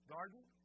Garden